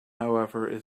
however